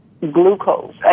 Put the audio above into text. glucose